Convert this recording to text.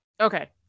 Okay